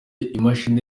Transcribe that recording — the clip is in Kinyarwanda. imashini